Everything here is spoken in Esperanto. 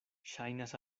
ŝajnas